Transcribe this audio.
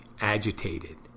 agitated